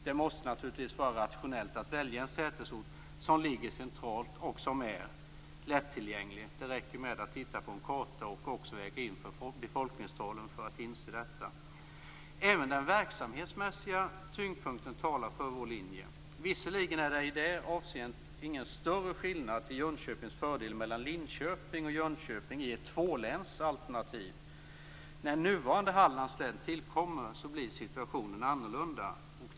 Det måste naturligtvis vara rationellt att välja en sätesort som ligger centralt och som är lättillgänglig. Det räcker med att titta på en karta och att väga in befolkningstalen för att inse detta. Även den verksamhetsmässiga tyngdpunkten talar för vår linje. Visserligen är det i det avseendet ingen större skillnad, till Jönköpings fördel, mellan Linköping och Jönköping i ett tvålänsalternativ. När nuvarande Hallands län tillkommer blir situationen annorlunda.